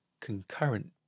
concurrent